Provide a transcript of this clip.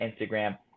Instagram